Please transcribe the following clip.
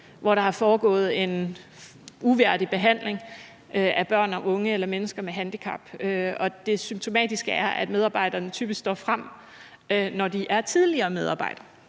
hvor der er foregået en uværdig behandling af børn og unge eller mennesker med handicap, og det symptomatiske er, at medarbejderne typisk står frem, når de er tidligere medarbejdere,